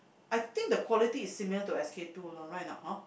I think the quality is similar to S_K-two lor right or not hor